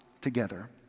together